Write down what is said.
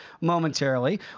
momentarily